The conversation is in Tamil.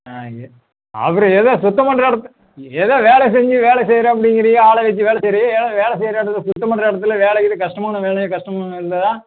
ஆ எ அப்புறம் ஏதோ சுத்தம் பண்ணுற எடத் ஏதோ வேலை செஞ்சு வேலை செய்கிறேன் அப்படிங்கிறியே ஆளை வச்சு வேலை செய்கிறியே ஏன் வேலை செய்கிற இடத்துல சுத்தம் பண்ணுற இடத்துல வேலை ஏதும் கஷ்டமான வேலையா கஷ்டமாக இருந்ததா